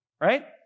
Right